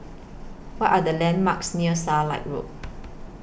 What Are The landmarks near Starlight Road